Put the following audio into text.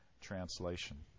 translation